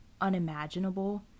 unimaginable